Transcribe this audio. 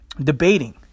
Debating